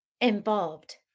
involved